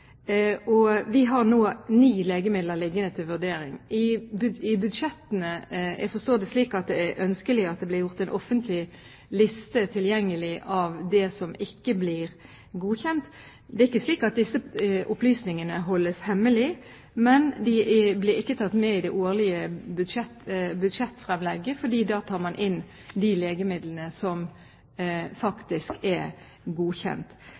og vi har nå ni legemidler liggende til vurdering. Jeg forstår det slik at det er ønskelig at det blir gjort tilgjengelig en offentlig liste over det som ikke blir godkjent. Det er ikke slik at disse opplysningene holdes hemmelig, men de blir ikke tatt med i det årlige budsjettfremlegget, for da tar man inn de legemidlene som faktisk er godkjent.